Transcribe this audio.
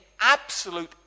absolute